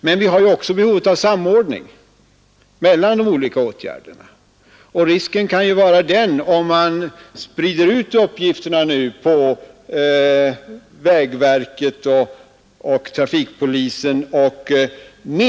Men vi har också behov av samordning mellan de olika åtgärderna, och då kan det vara en risk med att sprida ut uppgifterna på NTF, vägverket och trafikpolisen.